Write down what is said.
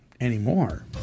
anymore